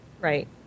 right